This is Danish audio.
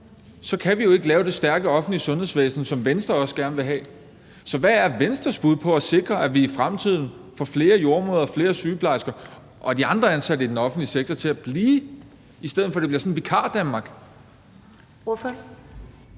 så kan vi jo ikke lave det stærke offentlige sundhedsvæsen, som Venstre også gerne vil have. Så hvad er Venstres bud på at sikre, at vi i fremtiden får flere jordemødre og flere sygeplejersker og de andre ansatte i den offentlige sektor til at blive, i stedet for at det bliver sådan et Vikardanmark?